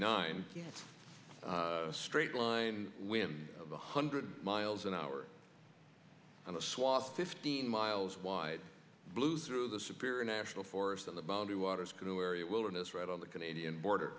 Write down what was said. nine straight line winds of one hundred miles an hour and a swath fifteen miles wide blew through the superior national forest on the boundary waters canoe area wilderness right on the canadian border